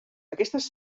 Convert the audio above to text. aquestes